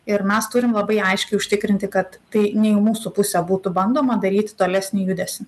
ir mes turim labai aiškiai užtikrinti kad tai ne į mūsų pusę būtų bandoma daryti tolesnį judesį